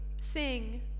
Sing